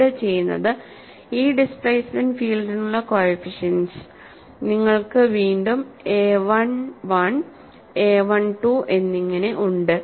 ഇവിടെ ചെയ്യുന്നത് ഈ ഡിസ്പ്ലേസ്മെന്റ് ഫീൽഡിനുള്ള കോഎഫിഷ്യന്റ്സ് നിങ്ങൾക്ക് വീണ്ടും A I1 A I2 എന്നിങ്ങനെ ഉണ്ട്